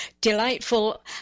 delightful